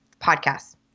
podcasts